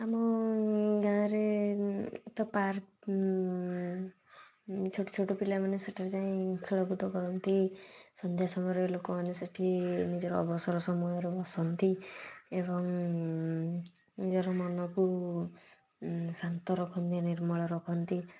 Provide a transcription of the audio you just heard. ଆମ ଗାଁରେ ତ ପାର୍କ ଛୋଟଛୋଟ ପିଲାମାନେ ସେଠାରେ ଯାଇ ଖେଳକୁଦ କରନ୍ତି ସନ୍ଧ୍ୟା ସମୟରେ ଲୋକମାନେ ସେଇଠି ନିଜର ଅବସର ସମୟର ବସନ୍ତି ଏବଂ ନିଜର ମନକୁ ଶାନ୍ତ ରଖନ୍ତି ନିର୍ମଳ ରଖନ୍ତି